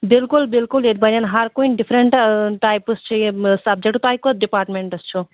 بلکُل بلکُل ییٚتہِ بنن ہر کُنہِ ڈِفرنٹہٕ ٹایپٕس چھِ یِم سبجکٹہٕ تۄہہِ کۄس ڈِپارٹمٮ۪نٛٹس چھَو